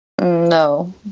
No